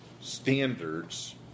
standards